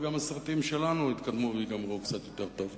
וגם הסרטים שלנו יתקדמו וייגמרו קצת יותר טוב.